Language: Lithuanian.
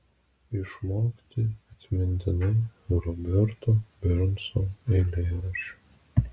išmokti atmintinai roberto bernso eilėraščių